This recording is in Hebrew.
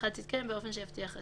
השיחה תתקיים באופן שיבטיח את